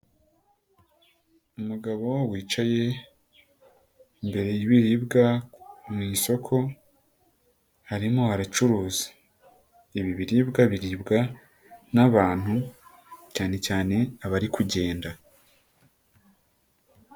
Umugabo wicaye imbere yibiribwa mu isoko arimo abacuruza, ibi biribwa biribwa n'abantu cyane cyane abari kugenda.